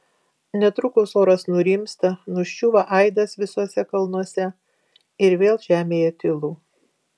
netrukus oras nurimsta nuščiūva aidas visuose kalnuose ir vėl žemėje tylu